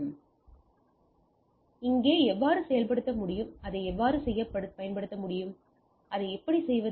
இந்த பரந்த மரத்தை இங்கே எவ்வாறு செயல்படுத்த முடியும் அல்லது அதை எப்படி செய்வது